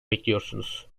bekliyorsunuz